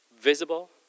visible